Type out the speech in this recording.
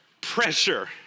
Pressure